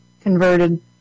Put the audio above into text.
converted